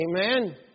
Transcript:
Amen